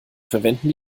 verwenden